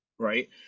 Right